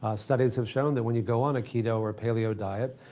studies have shown that when you go on a keto or paleo diet,